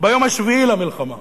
ביום השביעי למלחמה,